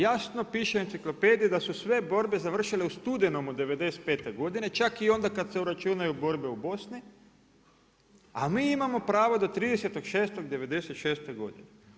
Jasno piše u enciklopediji da su sve borbe završile u studenom '95. godine čak i onda kada se uračunaju borbe u Bosni a mi imamo pravo do 30. 06. '96. godine.